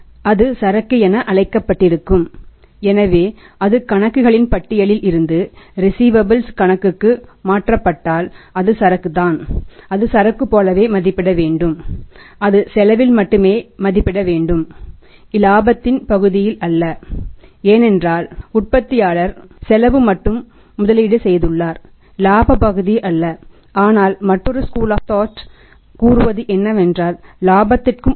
எனவே அது சரக்கு என அழைக்கப்பட்டிருக்கும் எனவே அது கணக்குகளின் பட்டியலில் இருந்து ரிஸீவபல்ஸ் உள்ளது என்று